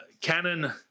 Canon